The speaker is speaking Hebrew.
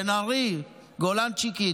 בן ארי, גולנצ'יקית,